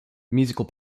musical